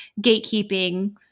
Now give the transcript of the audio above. gatekeeping